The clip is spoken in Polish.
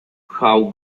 pchał